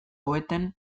poeten